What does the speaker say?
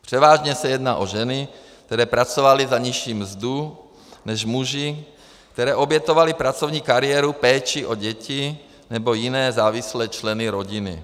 Převážně se jedná o ženy, které pracovaly za nižší mzdu než muži, které obětovaly pracovní kariéru péči o děti nebo jiné závislé členy rodiny.